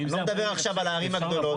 אני לא מדבר עכשיו על הערים הגדולות.